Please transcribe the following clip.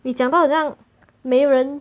你讲到好像没人